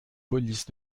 police